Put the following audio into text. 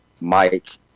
Mike